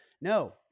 No